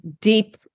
deep